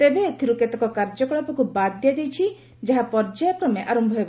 ତେବେ ଏଥିରୁ କେତେକ କାର୍ଯ୍ୟକଳାପକୁ ବାଦ୍ ଦିଆଯାଇଛି ଯାହା ପର୍ଯ୍ୟାୟକ୍ରମେ ଆରମ୍ଭ ହେବ